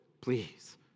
please